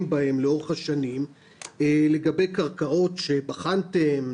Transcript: בהם לאורך השנים לגבי קרקעות שבחנתם,